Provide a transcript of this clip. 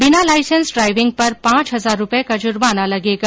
बिना licence driving पर पांच हजार रुपये का जुर्माना लगेगा